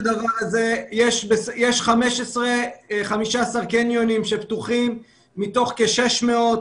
יש 15 קניונים שפתוחים מתוך כ-600.